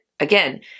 Again